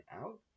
out